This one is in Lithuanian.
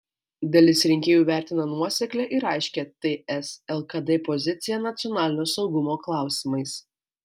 dalis rinkėjų vertina nuoseklią ir aiškią ts lkd poziciją nacionalinio saugumo klausimais